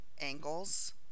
angles